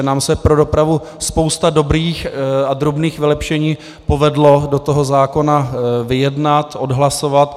Nám se pro dopravu spousta dobrých a drobných vylepšení povedla do toho zákona vyjednat, odhlasovat.